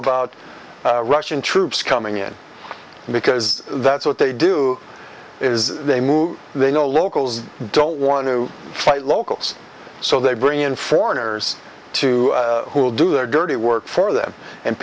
about russian troops coming in because that's what they do is they move they know locals don't want to fight locals so they bring in foreigners to who will do their dirty work for them and